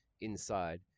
inside